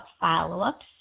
follow-ups